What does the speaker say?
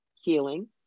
Healing